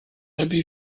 أبي